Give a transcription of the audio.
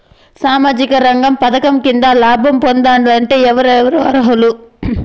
సామాజిక రంగ పథకం కింద లాభం పొందాలంటే ఎవరెవరు అర్హులు?